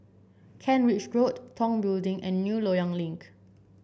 Kent Ridge Road Tong Building and New Loyang Link